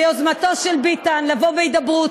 ביוזמתו של ביטן, לבוא בהידברות.